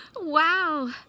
Wow